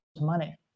money